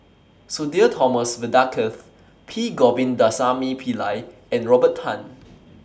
Sudhir Thomas Vadaketh P Govindasamy Pillai and Robert Tan